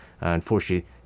unfortunately